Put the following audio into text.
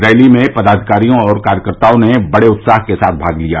rally में पदाधिकारियों और कार्यकर्ताओं ने बड़े उत्साह के साथ भाग लिया